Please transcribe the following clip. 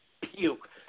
puke